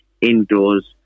indoors